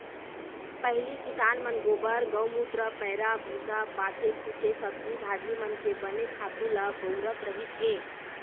पहिली किसान मन गोबर, गउमूत्र, पैरा भूसा, बाचे खूचे सब्जी भाजी मन के बने खातू ल बउरत रहिस हे